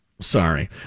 Sorry